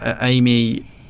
Amy